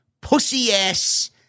pussy-ass